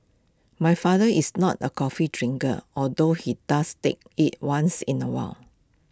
my father is not A coffee drinker although he does take IT once in A while